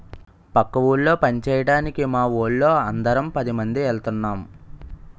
పక్క ఊళ్ళో పంచేయడానికి మావోళ్ళు అందరం పదిమంది ఎల్తన్నం